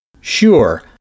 Sure